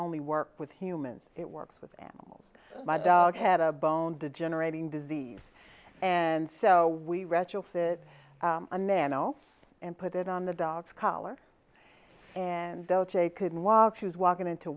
only work with humans it works with animals my dog had a bone degenerating disease and so we retrofit a manno and put it on the dog's collar and dolce couldn't walk she was walking into